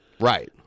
Right